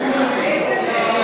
מי בעד?